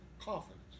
confidence